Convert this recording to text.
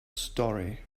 story